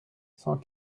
cent